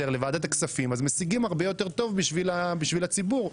לוועדת הכספים אז משיגים יותר בשביל הציבור.